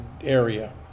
area